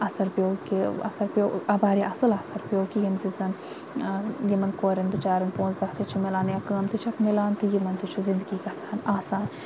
اَثَر پیٚو کہِ اَثَر پیٚو واریاہ اصل اَثَر پیٚو کہِ ییٚمہِ سۭتۍ زَن یِمَن کورٮ۪ن بِچارٮ۪ن پونٛسہٕ دہ تہِ چھِ مِلان یا کٲم تہِ چھکھ مِلان تہٕ یِمَن تہِ چھِ زِنٛدگی گَژھان آسان